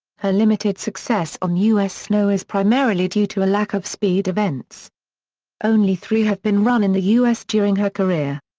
her limited success on u s. snow is primarily due to a lack of speed events only three have been run in the u s. during her career.